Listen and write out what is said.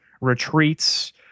retreats